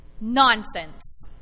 Nonsense